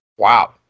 Wow